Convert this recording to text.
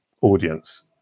audience